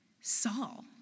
Saul